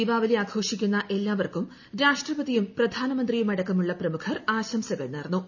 ദീപാവലി ആഘോഷിക്കുന്ന എല്ലാപേർക്കും രാഷ്ട്രപതിയും പ്രധാനമന്ത്രിയുമടക്കമുള്ള പ്രമുഖർ ആശംസകൾ നേർന്നു